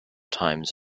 times